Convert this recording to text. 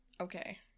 Okay